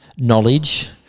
knowledge